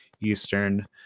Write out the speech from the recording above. eastern